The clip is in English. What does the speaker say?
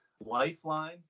lifeline